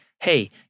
hey